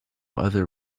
other